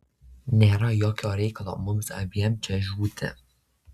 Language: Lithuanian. nėra jokio reikalo mums abiem čia žūti